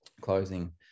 closing